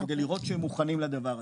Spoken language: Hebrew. כדי לראות שהם מוכנים לדבר הזה.